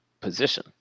position